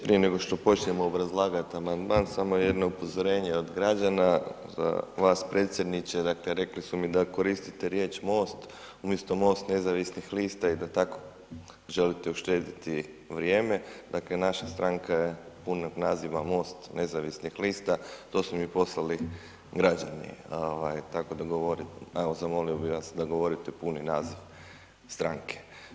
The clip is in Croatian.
Prije nego što počnemo obrazlagati amandman, samo jedno upozorenje od građana, vas predsjedniče, dakle, rekli su mi da koristite riječ Most, umjesto Most nezavisnih lista i da tako želite uštediti vrijeme, dakle, naša stranka je punog naziva Most nezavisnih lista, to su mi poslali građani, tako da, evo zamolio bi vas, da govorite puni naziv stranke.